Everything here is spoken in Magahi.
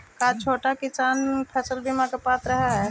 का छोटा किसान फसल बीमा के पात्र हई?